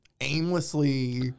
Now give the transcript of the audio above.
aimlessly